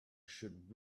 should